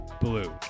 blue